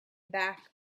back